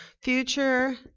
Future